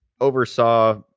oversaw